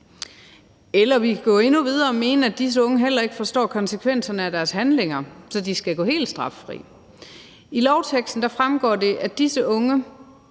Eller vi kan gå endnu videre og mene, at disse unge heller ikke forstår konsekvenserne af deres handlinger, så de skal gå helt straffri. I lovteksten fremgår det, at det